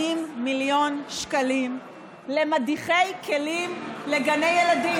מיליון שקלים של מדיחי כלים לגני ילדים.